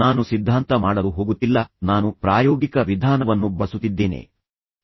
ನಾನು ಸಿದ್ಧಾಂತ ಮಾಡಲು ಹೋಗುತ್ತಿಲ್ಲ ನಾನು ಪ್ರಾಯೋಗಿಕ ವಿಧಾನವನ್ನು ಬಳಸುತ್ತಿದ್ದೇನೆ ಎಂದು ನಿಮ್ಮಲ್ಲಿ ಹಲವರು ಇಷ್ಟಪಟ್ಟಿದ್ದಾರೆ